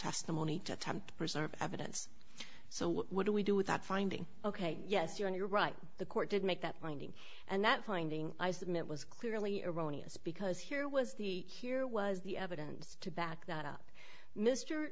testimony to attempt to preserve evidence so what do we do with that finding ok yes you're right the court did make that finding and that finding i submit was clearly erroneous because here was the here was the evidence to back that